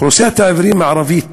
אוכלוסיית העיוורים הערבית